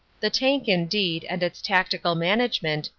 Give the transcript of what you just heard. the tank indeed, and its tactical management,